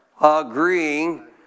agreeing